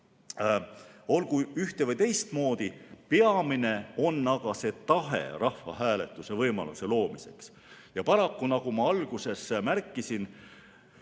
olgu ühte‑ või teistmoodi, peamine on aga tahe rahvahääletuse võimaluse loomiseks. Paraku, nagu ma alguses märkisin,